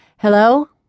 Hello